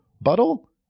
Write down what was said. Buttle